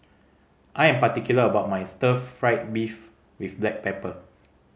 I am particular about my stir fried beef with black pepper